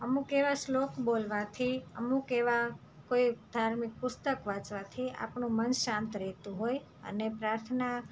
અમુક એવા શ્લોક બોલવાથી અમુક એવા કોઈ ધાર્મિક પુસ્તક વાંચવાથી આપણું મન શાંત રહેતું હોય અને પ્રાર્થના